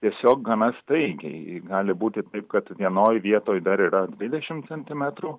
tiesiog gana staigiai gali būti taip kad vienoj vietoj dar yra dvidešimt centimetrų